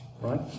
right